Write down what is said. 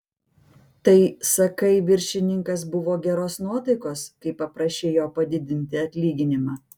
tai sakai viršininkas buvo geros nuotaikos kai paprašei jo padidinti atlyginimą